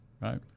Right